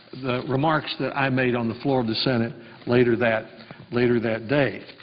the remarks that i made on the floor of the senate later that later that day.